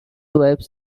waves